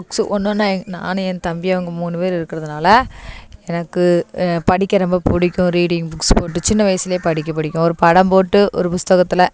books ஒன்று ஒன்றா எங் நான் என் தம்பி அவங்க மூணு பேர் இருக்கிறதுனால எனக்கு படிக்க ரொம்ப பிடிக்கும் ரீடிங் புக்ஸ் போட்டு சின்ன வயதிலே படிக்க பிடிக்கும் ஒரு படம் போட்டு ஒரு புஸ்தகத்தில்